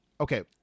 okay